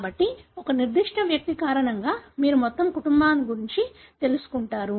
కాబట్టి ఒక నిర్దిష్ట వ్యక్తి కారణంగా మీరు మొత్తం కుటుంబం గురించి తెలుసుకుంటారు